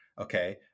Okay